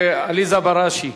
עליזה בראשי,